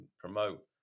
promote